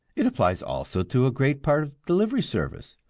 it applies also to a great part of delivery service.